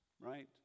right